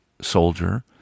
soldier